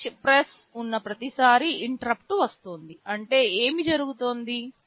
switch press ఉన్న ప్రతిసారీ interrupt వస్తోంది అంటే ఏమి జరుగుతుంది